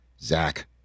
Zach